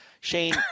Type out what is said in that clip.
Shane